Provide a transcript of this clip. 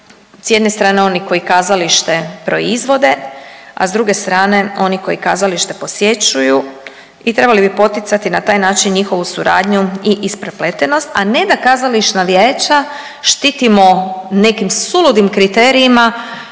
S jedne strane oni koji kazalište proizvode, a s druge strane oni koji kazalište posjećuju i trebali bi poticati na taj način njihovu suradnju i isprepletenost, a ne da Kazališna vijeća štitimo nekim suludim kriterijima